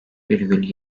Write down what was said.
virgül